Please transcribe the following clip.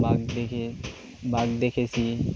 বাঘ দেখে বাঘ দেখেছি